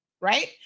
right